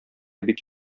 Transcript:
бик